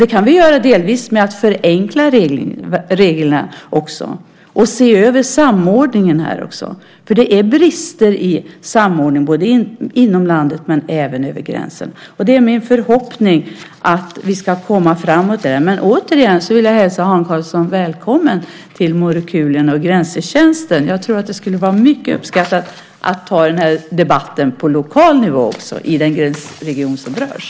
Det kan vi göra delvis genom att förenkla reglerna och se över samordningen här, för det finns brister i samordningen både inom landet och över gränsen. Det är min förhoppning att vi kommer framåt. Återigen vill jag hälsa Hans Karlsson välkommen till Morokulien och Grensetjänsten. Jag tror att det skulle vara mycket uppskattat att ha den här debatten också på lokal nivå i den gränsregion som berörs.